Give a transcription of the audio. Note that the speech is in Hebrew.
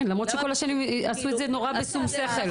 כן, ולמרות שכל השנים עשו בשום שכל.